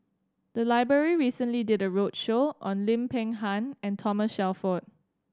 the library recently did a roadshow on Lim Peng Han and Thomas Shelford